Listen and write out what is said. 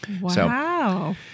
Wow